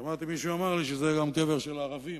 שמעתי מישהו שאמר לי שזה גם קבר של ערבים.